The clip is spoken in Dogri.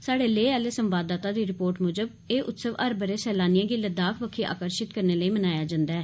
स्हाड़े लेह् संवाददाता दी रिपोर्ट मुजब एह् उत्सव हर ब'रे सैलानिए गी लद्दाख बक्खी आकर्षित करने लेई मनाया जंदा ऐ